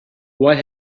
what